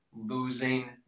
losing